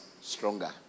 stronger